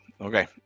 Okay